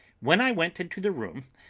when i went into the room,